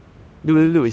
but 你 christian eh